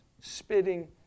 spitting